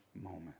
moment